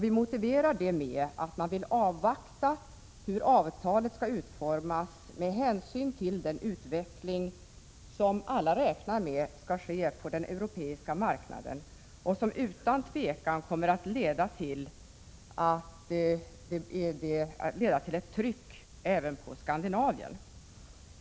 Vi motiverar detta med att vi vill avvakta hur avtalet skall utformas med hänsyn till den utveckling som alla räknar med skall ske på den europeiska marknaden och som utan tvivel kommer att leda till ett tryck även på Skandinavien.